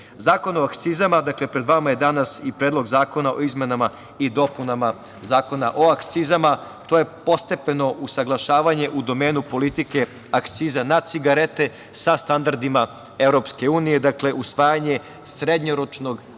o akcizama, danas je pred vama i Predlog zakona o izmenama i dopunama Zakona o akcizama. To je postepeno usaglašavanje u domenu politike akciza na cigarete sa standardima EU, dakle usvajanje srednjoročnog